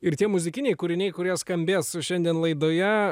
ir tie muzikiniai kūriniai kurie skambės šiandien laidoje